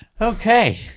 okay